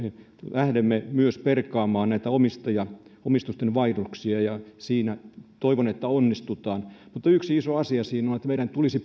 lähdemme myös perkaamaan näitä omistusten vaihdoksia ja toivon että siinä onnistumme mutta yksi iso asia siinä on se että meidän tulisi